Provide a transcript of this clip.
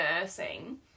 nursing